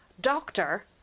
Doctor